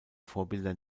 vorbilder